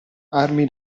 armi